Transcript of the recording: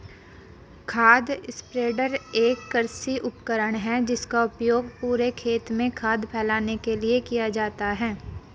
खाद स्प्रेडर एक कृषि उपकरण है जिसका उपयोग पूरे खेत में खाद फैलाने के लिए किया जाता है